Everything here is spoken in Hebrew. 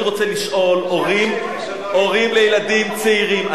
אני רוצה לשאול, הורים לילדים צעירים.